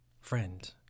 friend